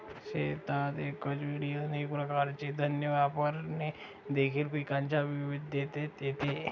शेतात एकाच वेळी अनेक प्रकारचे धान्य वापरणे देखील पिकांच्या विविधतेत येते